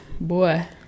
Boy